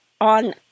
on